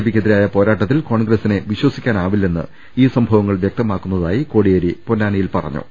പിക്കെതിരായ പോരാട്ടത്തിൽ കോൺഗ്രസ്സിനെ വിശ്വ സിക്കാനാവില്ലെന്ന് ഈ സംഭവങ്ങൾ വൃക്തമാക്കുന്നതായി കോടിയേരി പൊന്നാനിയിൽ അറിയിച്ചു